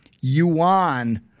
yuan